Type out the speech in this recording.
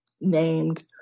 named